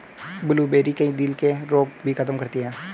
blueberry, कई दिल के रोग भी खत्म करती है